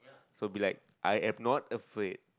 so it'll be like I am not afraid